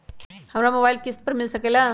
हमरा मोबाइल किस्त पर मिल सकेला?